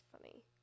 funny